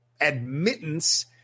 admittance